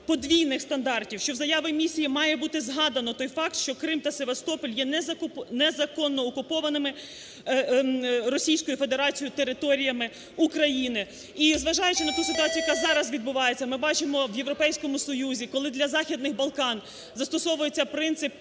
подвійних стандартів, що в заяві місії має бути згадано той факт, що Крим та Севастополь є незаконно окупованими Російською Федерацією територіями України. І, зважаючи на ту ситуацію, яка зараз відбувається, ми бачимо в Європейському Союзі, коли для Західних Балкан застосовується принцип